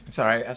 Sorry